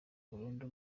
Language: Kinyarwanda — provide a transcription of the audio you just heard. burundu